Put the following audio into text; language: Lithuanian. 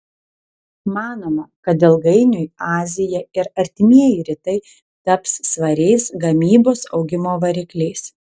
manoma kad ilgainiui azija ir artimieji rytai taps svariais gamybos augimo varikliais